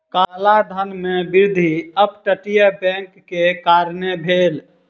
काला धन में वृद्धि अप तटीय बैंक के कारणें भेल